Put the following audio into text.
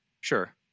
Sure